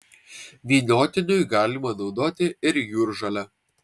vyniotiniui galima naudoti ir jūržolę